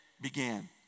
began